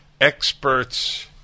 experts